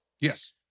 Yes